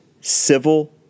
civil